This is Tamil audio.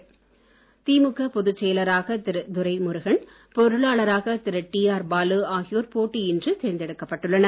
திமுக திமுக பொது செயலராக திரு துரை முருகன் பொருளாளராக திரு டி ஆர் பாலு ஆகியோர் போட்டியின்றி தேர்ந்தெடுக்கப்பட்டுள்ளனர்